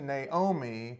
Naomi